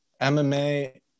MMA